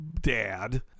Dad